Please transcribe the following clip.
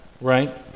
right